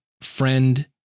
friend